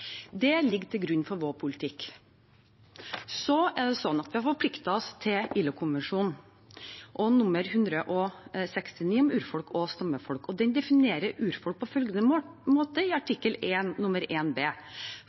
Det ligger til grunn for vår politikk. Vi har forpliktet oss til ILO-konvensjon nr. 169, om urfolk og stammefolk. Den definerer urfolk på følgende måte i artikkel 1, 1 b: